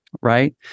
Right